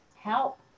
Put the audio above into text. help